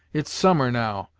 it's summer now,